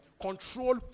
Control